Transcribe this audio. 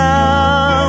now